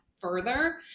further